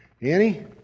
Annie